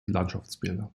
landschaftsbilder